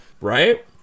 Right